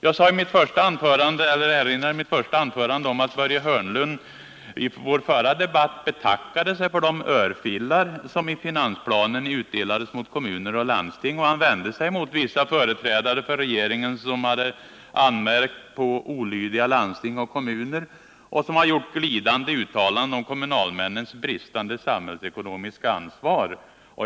Jag erinrade i mitt första anförande om att Börje Hörnlund i vår förra debatt betackade sig för de örfilar som i finansplanen utdelades mot kommuner och landsting, och han vände sig mot vissa företrädare för regeringen som har anmärkt på olydiga landsting och kommuner och som har gjort glidande uttalanden om kommunalmännens bristande samhällsekonomiska ansvar.